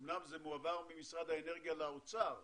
אמנם זה מועבר ממשרד האנרגיה לאוצר,